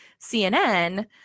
CNN